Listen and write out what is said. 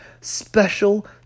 Special